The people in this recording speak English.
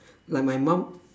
like my mum